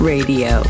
Radio